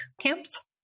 camps